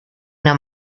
una